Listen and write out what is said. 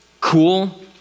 cool